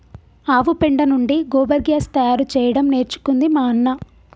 ఆవు పెండ నుండి గోబర్ గ్యాస్ తయారు చేయడం నేర్చుకుంది మా అన్న